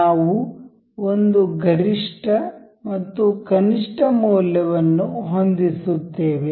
ನಾವು ಒಂದು ಗರಿಷ್ಠ ಮತ್ತು ಕನಿಷ್ಠ ಮೌಲ್ಯವನ್ನು ಹೊಂದಿಸುತ್ತೇವೆ